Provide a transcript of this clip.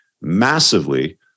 massively